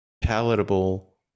palatable